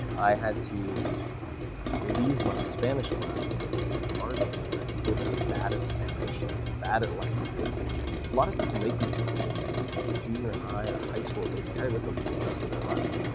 i had to leave my spanish class because it was too hard for me, and i concluded i was bad at spanish and um bad at languages, and a lot of people make these decisions and in ah junior high or high school they carry with them for the rest of their lives.